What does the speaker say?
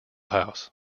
house